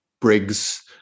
Briggs